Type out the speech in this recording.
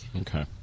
Okay